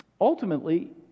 Ultimately